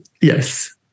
Yes